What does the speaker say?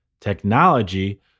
technology